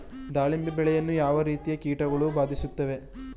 ದಾಳಿಂಬೆ ಬೆಳೆಯನ್ನು ಯಾವ ರೀತಿಯ ಕೀಟಗಳು ಬಾಧಿಸುತ್ತಿವೆ?